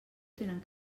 tenen